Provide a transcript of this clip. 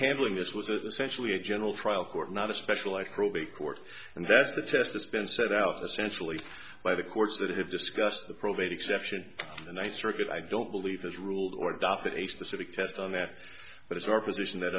handling this was a specially a general trial court not a special like probate court and that's the test it's been set out the centrally by the courts that have discussed the probate exception and i circuit i don't believe has ruled or adopted a specific test on that but it's our position that